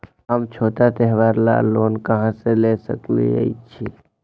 हम छोटा त्योहार ला लोन कहां से ले सकई छी?